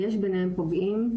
יש ביניהם פוגעים,